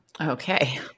Okay